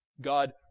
God